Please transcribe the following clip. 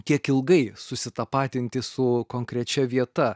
tiek ilgai susitapatinti su konkrečia vieta